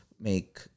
make